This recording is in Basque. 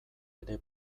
ere